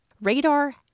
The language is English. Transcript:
Radar